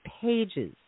pages